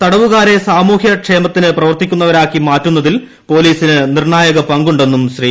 തടവുകാരെ സാമൂഹ്യ ക്ഷേമത്തിനായ് പ്രവർത്തിക്കുന്നവരാക്കി മാറ്റുന്നതിൽ പോലീസിന് നിർണായക പങ്കുണ്ടെന്നും ശ്രീ